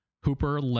Hooper